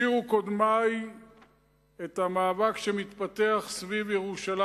הזכירו קודמי את המאבק שמתפתח סביב ירושלים.